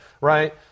Right